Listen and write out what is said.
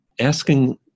asking